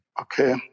Okay